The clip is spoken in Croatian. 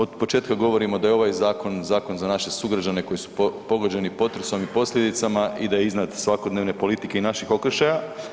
Od početka govorimo da je ovaj zakon, zakon za naše sugrađane koji su pogođeni potresom i posljedicama i da je iznad svakodnevne politike i naših okršaja.